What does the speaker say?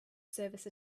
service